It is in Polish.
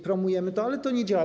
Promujemy to, ale to nie działa.